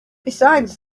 besides